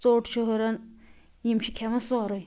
ژوٚٹ چھِ ہُران یِم چھِ کھیٚوان سورٕے